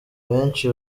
benshi